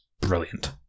Brilliant